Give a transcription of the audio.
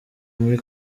muri